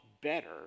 better